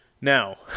Now